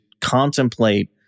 contemplate